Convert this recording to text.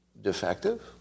defective